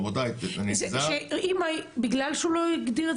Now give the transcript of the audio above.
רבותי --- בגלל שהוא לא הגדיר את